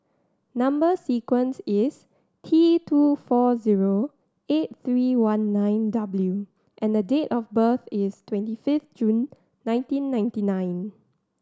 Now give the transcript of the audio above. number sequence is T two four zero eight three one nine W and date of birth is twenty fifth June nineteen ninety nine